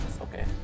Okay